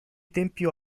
tempio